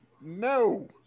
no